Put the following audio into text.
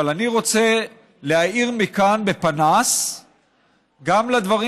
אבל אני רוצה להאיר מכאן בפנס גם דברים